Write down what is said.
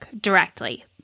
directly